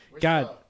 God